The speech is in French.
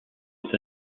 est